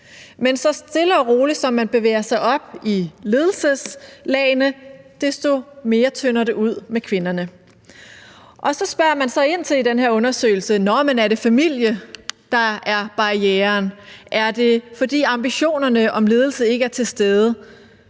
man stille og roligt bevæger sig op i ledelseslagene, tynder det mere og mere ud i kvinderne. Så spørger man så ind til i den her undersøgelse: Nå, men er det familie, der er barrieren, eller er det, fordi ambitionerne om ledelse ikke er til stede?